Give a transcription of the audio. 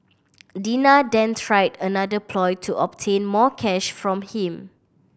Dina then tried another ploy to obtain more cash from him